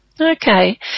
Okay